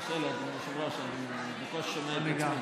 קשה לי, אדוני היושב-ראש, אני בקושי שומע את עצמי.